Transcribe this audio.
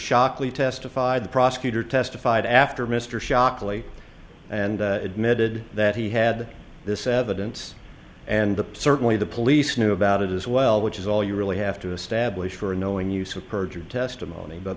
shockley testified the prosecutor testified after mr shockley and admitted that he had this evidence and certainly the police knew about it as well which is all you really have to establish for a knowing use of perjured testimony but